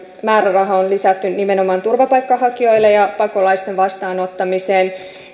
määrärahaa on lisätty nimenomaan turvapaikkahakijoille ja pakolaisten vastaanottamiseen